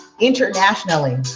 internationally